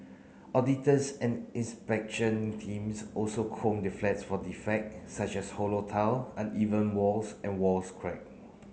auditors and inspection teams also comb the flats for defect such as hollow tile uneven walls and walls crack